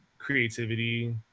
creativity